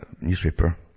newspaper